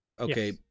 okay